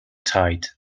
tied